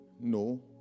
No